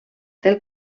del